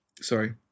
sorry